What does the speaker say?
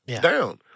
down